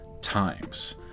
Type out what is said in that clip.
times